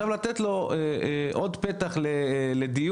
לתת לו עוד פתח לדיון,